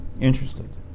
Interested